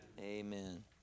Amen